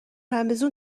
رمضون